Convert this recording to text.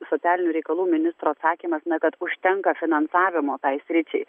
socialinių reikalų ministro atsakymas na kad užtenka finansavimo tai sričiai